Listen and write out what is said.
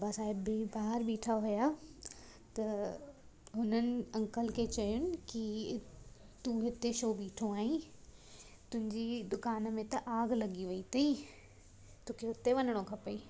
त बाबा साहिब बि ॿाहिरि ॿीठा हुया त हुननि अंकल खे चयुन की तूं हिते छो ॿीठो आहीं तुंहिंजी दुकानु में त आग लॻी वई अथई तोखे हुते वञिणो खपई